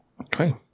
Okay